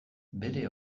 bere